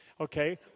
Okay